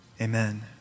Amen